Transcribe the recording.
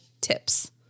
tips